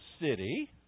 city